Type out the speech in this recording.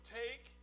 take